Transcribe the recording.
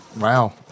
Wow